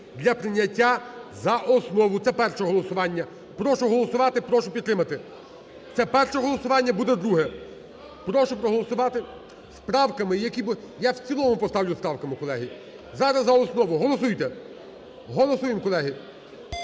для прийняття за основу. Це перше голосування. Прошу голосувати. Прошу підтримати. Це перше голосування буде друге. Прошу проголосувати з правками, які… Я в цілому поставлю з правками, колеги. Зараз за основу. Голосуйте. Голосуємо, колеги.